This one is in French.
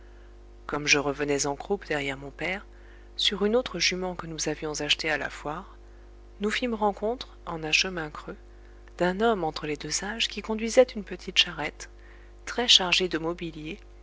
comme je revenais en croupe derrière mon père sur une autre jument que nous avions achetée à la foire nous fîmes rencontre en un chemin creux d'un homme entre les deux âges qui conduisait une petite charrette très chargée de mobilier